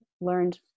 learned